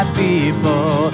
people